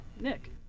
Nick